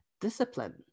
discipline